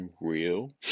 unreal